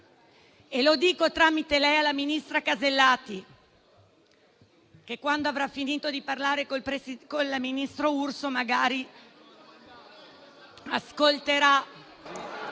e lo dico, tramite lei, alla ministra Alberti Casellati, che quando avrà finito di parlare col ministro Urso magari ascolterà.